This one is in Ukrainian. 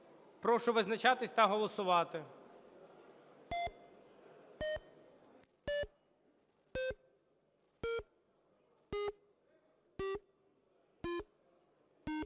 Прошу визначатись та голосувати.